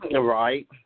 Right